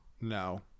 no